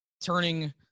turning